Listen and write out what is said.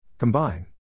Combine